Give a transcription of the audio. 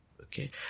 Okay